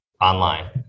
online